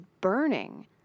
burning